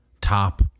top